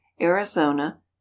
Arizona